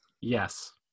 Yes